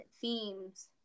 themes